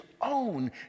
own